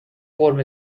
قرمه